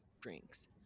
drinks